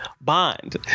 bond